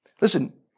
Listen